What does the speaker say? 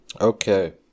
Okay